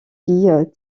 filles